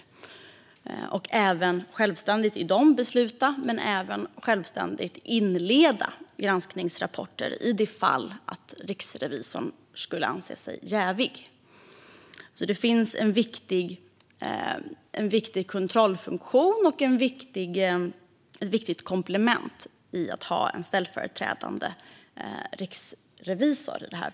Riksrevisionsdirektören ska självständigt kunna besluta i dessa rapporter men även självständigt inleda granskningsrapporter i de fall riksrevisorn skulle anse sig jävig. Det finns alltså en viktig kontrollfunktion och ett viktigt komplement i förslaget om att ha en ställföreträdande riksrevisor.